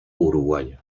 uruguaya